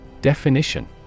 Definition